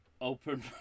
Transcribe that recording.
Open